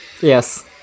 yes